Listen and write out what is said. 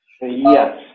Yes